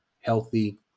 healthy